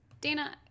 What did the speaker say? Dana